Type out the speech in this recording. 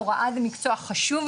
הוראה זה מקצוע חשוב ונדרש,